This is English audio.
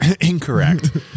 Incorrect